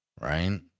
right